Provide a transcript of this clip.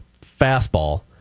fastball